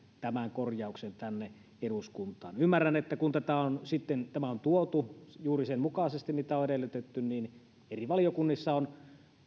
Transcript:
tämän korjauksen eduskuntaan ymmärrän että kun tämä on tuotu juuri sen mukaisesti mitä on edellytetty niin eri valiokunnissa on